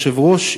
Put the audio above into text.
היושב-ראש,